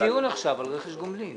על זה יש דיון עכשיו, על רכש גומלין.